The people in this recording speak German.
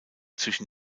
zwischen